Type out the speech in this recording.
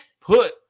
put